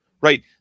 right